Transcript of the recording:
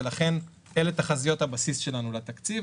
ולכן אלה תחזיות הבסיס שלנו לתקציב.